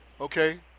okay